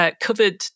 covered